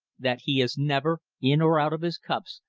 that he is never, in or out of his cups,